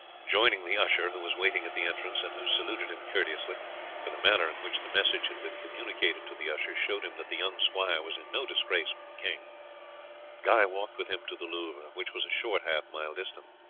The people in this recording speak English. joining the usher, who was waiting at the entrance, and who saluted him courteously for the manner in which the message had been communicated to the usher showed him that the young squire was in no disgrace with the king guy walked with him to the louvre, which was a short half-mile distant.